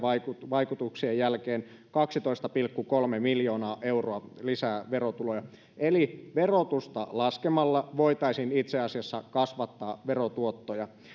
vaikutuksien jälkeen kaksitoista pilkku kolme miljoonaa euroa lisää verotuloja eli verotusta laskemalla voitaisiin itse asiassa kasvattaa verotuottoja